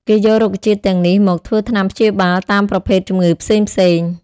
គេយករុក្ខជាតិទាំងនេះមក ធ្វើថ្នាំព្យាបាលតាមប្រភេទជំងឺផ្សេងៗ។